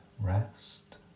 rest